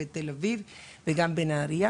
בתל-אביב וגם בנהריה.